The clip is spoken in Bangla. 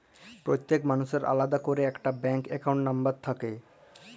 প্যত্তেক মালুসের আলেদা ক্যইরে ইকট ব্যাংক একাউল্ট লম্বর থ্যাকে